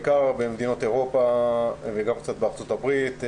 בעיקר במדינות אירופה וגם קצת בארצות הברית,